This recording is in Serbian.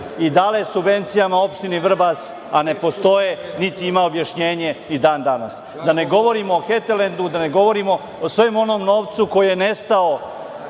i davane u subvencije opštini Vrbas, a ne postoje, niti ima objašnjenje ni dan danas. Da ne govorimo o „Heterlendu“, da ne govorimo o svom onom novcu koji je nestao